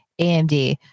AMD